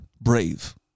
brave